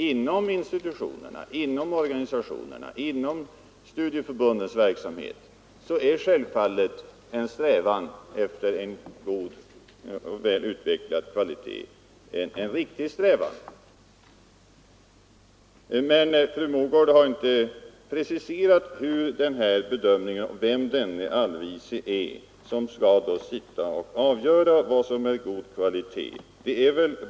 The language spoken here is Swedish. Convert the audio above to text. Inom institutionernas, organisationernas och studieförbundens verksamhet är självfallet strävan efter en god utvecklad kvalitet en riktig strävan. Men fru Mogård har inte preciserat vem denne allvise är som skall sitta och avgöra vad som är god kvalitet.